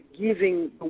giving